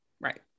Right